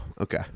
okay